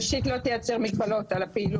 יש גם אינטרס שהתשתית לא תייצר מגבלות על הפעילות.